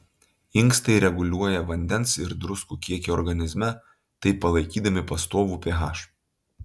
inkstai reguliuoja vandens ir druskų kiekį organizme taip palaikydami pastovų ph